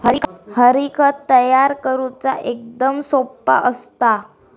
हरी, खत तयार करुचा एकदम सोप्पा असता